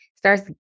starts